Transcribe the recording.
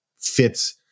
fits